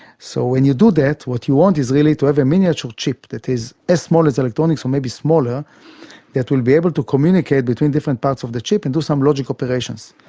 so when you do that what you want is really to have a miniature chip that is as small as electronics or maybe smaller that will be able to communicate between different parts of the chip and do some logic operations.